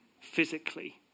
physically